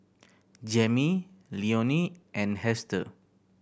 Jammie Leonie and Hester